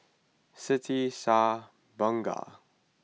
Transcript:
Siti Shah Bunga